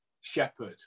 shepherd